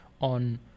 on